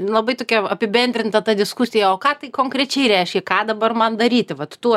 labai tokia apibendrinta ta diskusija o ką tai konkrečiai reiškė ką dabar man daryti vat tų